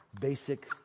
basic